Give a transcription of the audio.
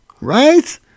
Right